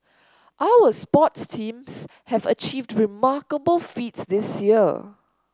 our sports teams have achieved remarkable feats this year